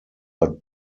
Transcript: but